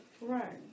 right